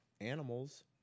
animals